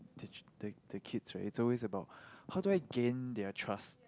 teach the the kids right it's always about how do I gain their trust